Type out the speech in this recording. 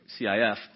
CIF